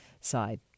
side